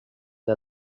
del